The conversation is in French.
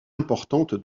importante